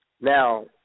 now